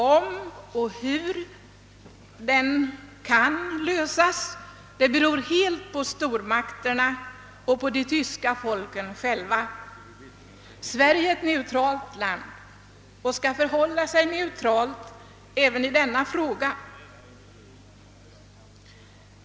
Om och hur den kan lösas beror helt på stormakterna och de tyska folken själva. Sverige är ett neutralt land och skall förhålla sig neutralt även i denna fråga.